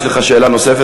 יש לך שאלה נוספת,